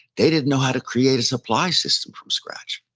they didn't know how to create a supply system from scratch.